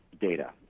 data